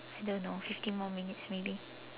I don't know fifteen more minutes maybe